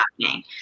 happening